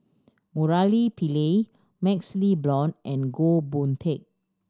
Murali Pillai MaxLe Blond and Goh Boon Teck